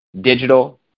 Digital